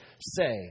say